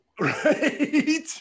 Right